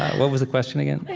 what was the question, again?